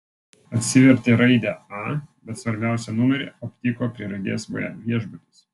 atsivertė raidę a bet svarbiausią numerį aptiko prie raidės v viešbutis